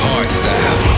Hardstyle